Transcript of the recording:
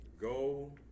Go